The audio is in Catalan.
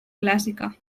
clàssica